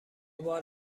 بار